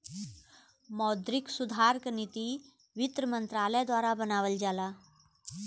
मौद्रिक सुधार क नीति वित्त मंत्रालय द्वारा बनावल जाला